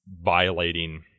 violating